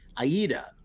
Aida